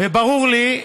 וברור לי,